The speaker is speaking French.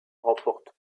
remporte